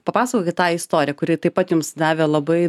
papasakokit tą istoriją kuri taip pat jums davė labai